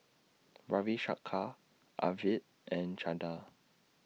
Ravi Shankar Arvind and Chanda